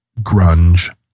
grunge